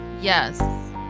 Yes